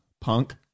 punk